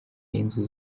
inzu